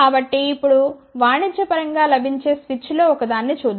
కాబట్టి ఇప్పుడు వాణిజ్యపరం గా లభించే స్విచ్లో ఒకదాన్ని చూద్దాం